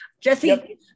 Jesse